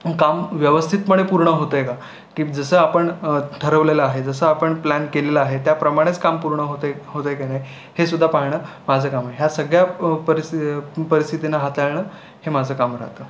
काम व्यवस्थितपणे पूर्ण होत आहे का की जसं आपण ठरवलेलं आहे जसं आपन प्लॅन केलेला आहे त्याप्रमाणेच काम पूर्ण होत आहे होत आहे का नाही हे सुद्धा पाहणं माझं काम आहे ह्या सगळ्या परिस्तित परिस्थितींना हाताळणं हे माझं काम राहतं